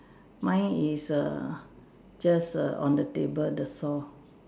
mine is err just err on the table that's all